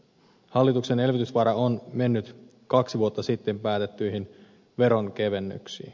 hallituksen elvytysvara on mennyt kaksi vuotta sitten päätettyihin veronkevennyksiin